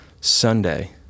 Sunday